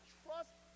trust